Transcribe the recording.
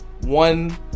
one